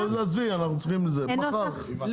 לחלק הראשון של הסעיף אנחנו נקבל נוסח מעודכן?